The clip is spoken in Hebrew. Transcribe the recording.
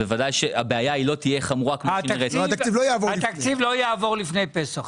בוודאי שהבעיה לא תהיה חמורה כמו -- התקציב לא יעבור לפני פסח.